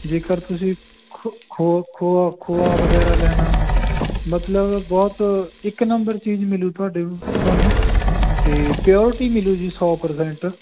ਜੇਕਰ ਤੁਸੀਂ ਖੋ ਖੋ ਖੋ ਖੋਆ ਵਗੈਰਾ ਲੈਣਾ ਮਤਲਬ ਬਹੁਤ ਇੱਕ ਨੰਬਰ ਚੀਜ਼ ਮਿਲੂ ਤੁਹਾਡੇ ਤੁਹਾਨੂੰ ਅਤੇ ਪਿਓਰਟੀ ਮਿਲੂ ਜੀ ਸੌ ਪਰਸੈਂਟ